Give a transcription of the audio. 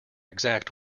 exact